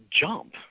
jump